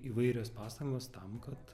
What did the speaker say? įvairios pastangos tam kad